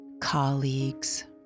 colleagues